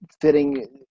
fitting